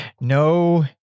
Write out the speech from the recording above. no